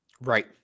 Right